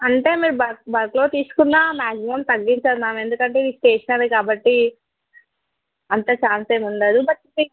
అంటే మీరు బల్క్ బల్క్లో తీసుకున్నా మ్యాక్సిమమ్ తగ్గించరు మ్యామ్ ఎందుకంటే ఇది స్టేషనరీ కాబట్టి అంత ఛాన్స్ ఏముండదు బట్ మీకు